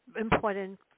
important